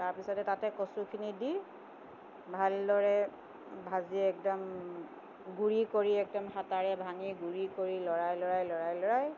তাৰপিছতে তাতে কচুখিনি দি ভালদৰে ভাজি একদম গুড়ি কৰি একদম হাতাৰে ভাঙি গুড়ি কৰি লৰাই লৰাই লৰাই লৰাই